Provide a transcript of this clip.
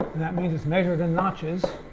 that means it's measured in notches,